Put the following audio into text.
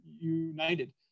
United